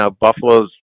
Buffalo's